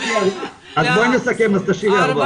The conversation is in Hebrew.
אז בואי נסכם, אז תשאירי ארבעה.